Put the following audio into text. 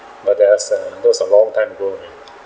but that's uh those are long time ago man